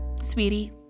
sweetie